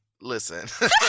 Listen